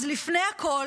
אז לפני הכול,